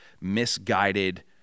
misguided